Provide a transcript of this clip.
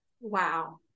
wow